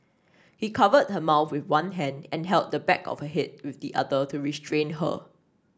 he covered her mouth with one hand and held the back of head with the other to restrain her